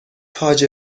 تاج